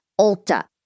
Ulta